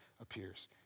appears